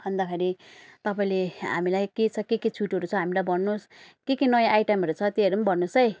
अन्तखेरि तपाईँले हामीलाई के छ के के छुटहरू छ हामीलाई भन्नुहोस् के के नयाँ आइटमहरू छ त्योहरू पनि भन्नुहोस् है